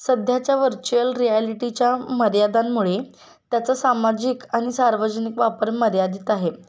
सध्याच्या व्हर्च्युअल रियालिटीच्या मर्यादांमुळे त्याचं सामाजिक आणि सार्वजनिक वापर मर्यादित आहे